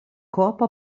corpo